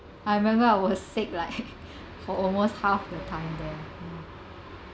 I remember I was sick like for almost half the time there mm